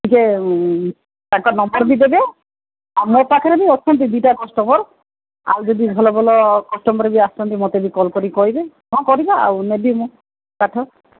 ଟିକେ ତାଙ୍କ ନମ୍ବର୍ ବି ଦେବେ ଆଉ ମୋ ପାଖରେ ବି ଅଛନ୍ତି ଦୁଇଟା କଷ୍ଟମର୍ ଆଉ ଯଦି ଭଲ ଭଲ କଷ୍ଟମର୍ ବି ଆସନ୍ତି ମତେ ବି କଲ୍ କରିକି କହିବେ ହଁ କରିବା ଆଉ ନେବି ମୁଁ କାଠ